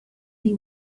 they